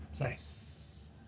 Nice